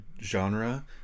genre